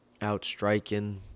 outstriking